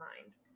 mind